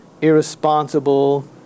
irresponsible